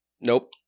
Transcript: Nope